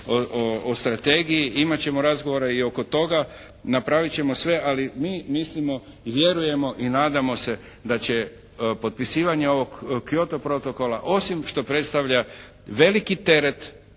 o strategiji, imati ćemo razgovora i oko toga. Napraviti ćemo sve, ali mi mislimo i vjerujemo i nadamo se da će potpisivanje ovog Kyoto protokola osim što predstavlja veliki teret